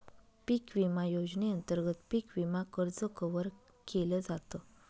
पिक विमा योजनेअंतर्गत पिक विमा कर्ज कव्हर केल जात